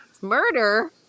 Murder